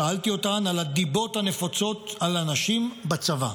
שאלתי אותן על הדיבות הנפוצות על האנשים בצבא,